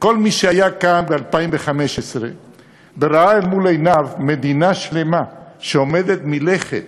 וכל מי שהיה כאן ב-2015 וראה מול עיניו מדינה שלמה שעומדת מלכת,